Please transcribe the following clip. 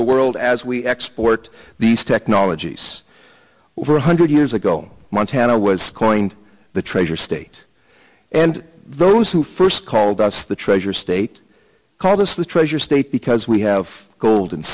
the world as we export these technologies over one hundred years ago montana was coined the treasure state and those who first called us the treasure state called us the treasure state because we have gold